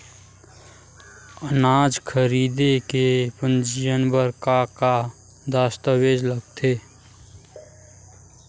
अनाज खरीदे के पंजीयन बर का का दस्तावेज लगथे?